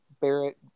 Barrett